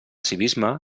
civisme